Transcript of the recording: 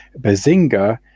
bazinga